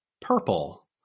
purple